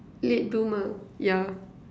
late bloomer yeah